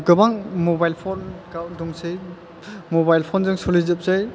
गोबां mobile phone गावनि दंसै मबाइल फनजों सोलिजोबसै